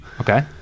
Okay